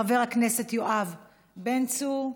חבר הכנסת יואב בן צור.